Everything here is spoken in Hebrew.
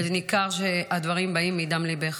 ניכר שהדברים באים מדם ליבך,